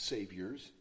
Saviors